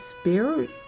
spirit